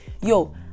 yo